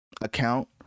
account